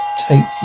Take